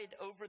over